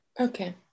Okay